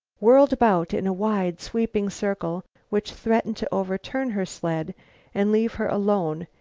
whirled about in a wide, sweeping circle which threatened to overturn her sled and leave her alone,